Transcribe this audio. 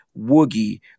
woogie